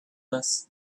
less